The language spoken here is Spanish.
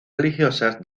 religiosas